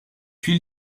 huile